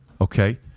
Okay